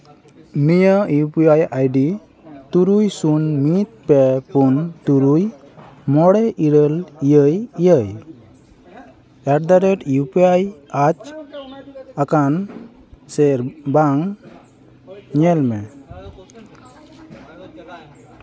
ᱱᱤᱭᱟᱹ U P I I D ᱛᱩᱨᱩᱭ ᱥᱩᱱ ᱢᱤᱫ ᱯᱮ ᱯᱩᱱ ᱛᱩᱨᱩᱭ ᱢᱚᱬᱮ ᱤᱨᱟᱹᱞ ᱮᱭᱟᱭ ᱮᱭᱟᱭ ᱮᱴᱫᱟᱼᱨᱮᱹᱴ ᱤᱭᱩ ᱯᱤ ᱟᱭ ᱡᱟᱸᱪ ᱟᱠᱟᱱᱟ ᱥᱮ ᱵᱟᱝ ᱧᱮᱞ ᱢᱮ